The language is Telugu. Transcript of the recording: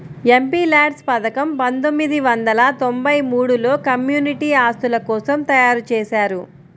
ఎంపీల్యాడ్స్ పథకం పందొమ్మిది వందల తొంబై మూడులో కమ్యూనిటీ ఆస్తుల కోసం తయ్యారుజేశారు